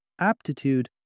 Aptitude